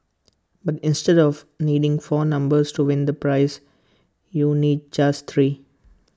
but instead of needing four numbers to win the prize you need just three